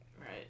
Right